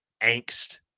angst